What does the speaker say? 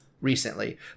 recently